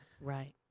right